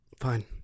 Fine